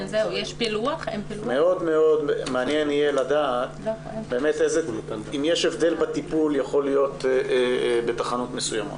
יהיה מאוד מעניין לדעת אם יש הבדל בטיפול בתחנות מסוימות.